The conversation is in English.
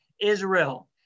Israel